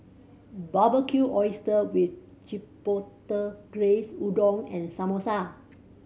Barbecued Oyster with Chipotle Glaze Udon and Samosa